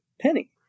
Penny